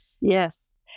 Yes